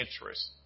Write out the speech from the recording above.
interest